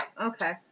Okay